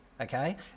okay